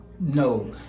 No